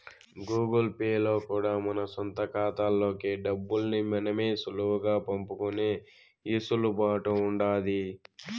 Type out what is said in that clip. Google Pay లో కూడా మన సొంత కాతాల్లోకి డబ్బుల్ని మనమే సులువుగా పంపుకునే ఎసులుబాటు ఉండాది